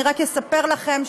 אני רק אספר לכם,